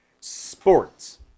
sports